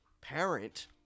parent